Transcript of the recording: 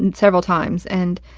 and several times, and,